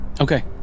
okay